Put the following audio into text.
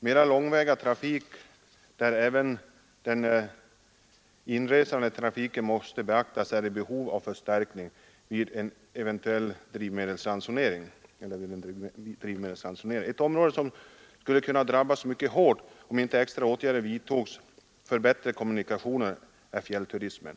Mera långväga trafik, där även den inresande trafiken måste beaktas, är i behov av förstärkning vid en drivmedelsransonering. Det område som skulle kunna drabbas mycket hårt om inte extra åtgärder vidtogs för bättre kommunikationer är fjällturismen.